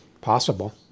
possible